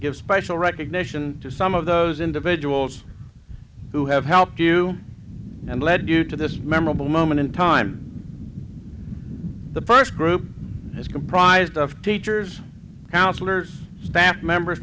give special recognition to some of those individuals who have helped you and led you to this memorable moment in time the first group is comprised of teachers counselors band members